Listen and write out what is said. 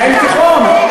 מנהל תיכון,